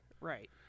Right